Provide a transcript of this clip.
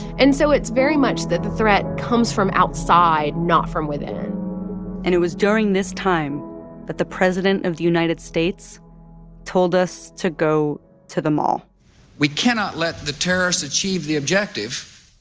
and so it's very much that the threat comes from outside, not from within and it was during this time that the president of the united states told us to go to the mall we cannot let the terrorists achieve the objective